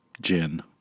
gin